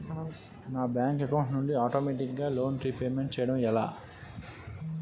నా bank account నుండి ఆటోమేటిగ్గా లోన్ రీపేమెంట్ చేయడం ఎలా?